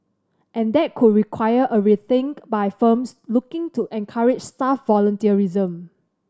and that could require a rethink by firms looking to encourage staff volunteerism